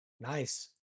nice